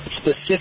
specific